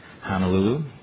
Honolulu